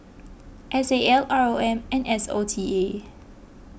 S A L R O M and S O T A